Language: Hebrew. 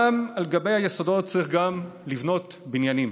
אולם על גבי היסודות צריך גם לבנות בניינים.